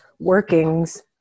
workings